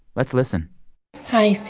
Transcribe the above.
let's listen hi, sam.